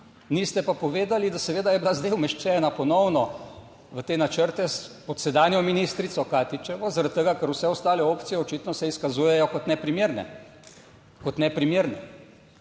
niste pa povedali, da seveda je bila zdaj umeščena ponovno v te načrte pod sedanjo ministrico Katičevo, zaradi tega, ker vse ostale opcije očitno se izkazujejo kot neprimerne,